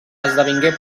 esdevingué